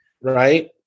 right